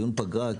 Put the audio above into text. דיון פגרה,